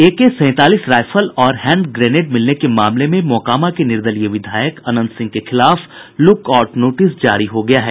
एके सैंतालीस राईफल और hand grenade मिलने के मामले में मोकामा के निर्दलीय विधायक अनंत सिंह के खिलाफ लुकआउट नोटिस जारी हो गया है